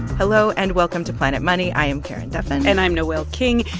hello. and welcome to planet money. i am karen duffin and i'm noel king.